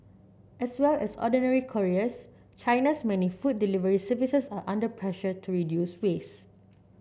as well as ordinary couriers China's many food delivery services are under pressure to reduce waste